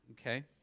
Okay